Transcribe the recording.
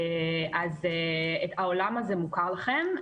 אז העולם הזה מוכר לכם.